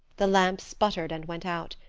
the lamp sputtered and went out.